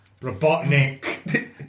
Robotnik